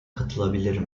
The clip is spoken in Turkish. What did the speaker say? katılabilir